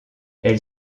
elle